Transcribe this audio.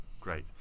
Great